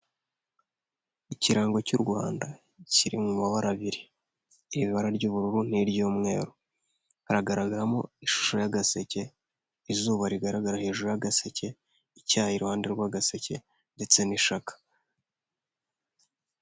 Ikirango cy'u Rwanda kiri mu mabara abiri iri bara ry'ubururu n'iryumweru, hagaragaramo ishusho y'agaseke izuba rigaragara hejuru y'agaseke icyayi i ruhande rw'agaseke ndetse n'ishaka.